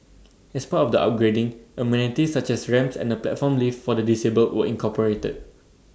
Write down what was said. as part of the upgrading amenities such as ramps and A platform lift for the disabled were incorporated